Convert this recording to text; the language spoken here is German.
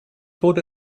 wurde